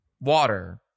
water